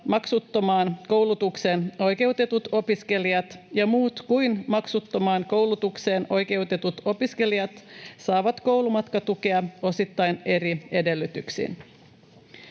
maksuttomaan koulutukseen oikeutetut opiskelijat ja muut kuin maksuttomaan koulutukseen oikeutetut opiskelijat saavat koulumatkatukea osittain eri edellytyksin.